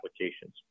applications